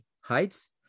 heights